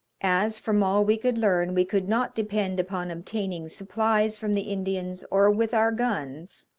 as, from all we could learn, we could not depend upon obtaining supplies from the indians or with our guns,